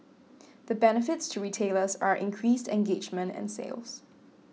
the benefits to retailers are increased engagement and sales